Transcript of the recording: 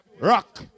Rock